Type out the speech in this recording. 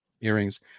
earrings